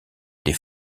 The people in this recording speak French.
des